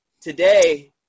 today